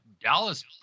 Dallas